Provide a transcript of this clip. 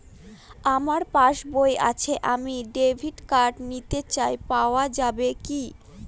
আমার পাসবই আছে আমি ডেবিট কার্ড নিতে চাই পাওয়া যাবে কি?